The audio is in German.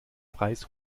preis